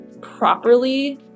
properly